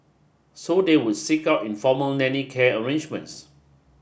so they would seek out informal nanny care arrangements